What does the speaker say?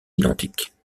identiques